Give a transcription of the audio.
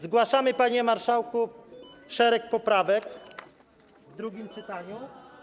Zgłaszamy, panie marszałku, szereg poprawek w drugim czytaniu.